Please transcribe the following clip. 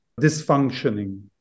dysfunctioning